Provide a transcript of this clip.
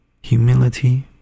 humility